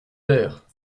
terre